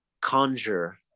conjure